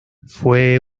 fue